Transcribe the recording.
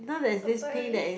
purple